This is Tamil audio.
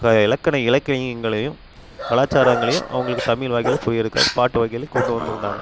க இலக்கண இலக்கியங்களையும் கலாச்சாரங்களையும் அவங்களுக்கு தமிழ் வகையில் புரியுறதுக்கு பாட்டு வகையில் கொண்டு வந்துருந்தாங்க